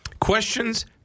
Questions